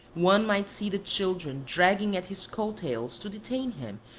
one might see the children dragging at his coat-tails to detain him,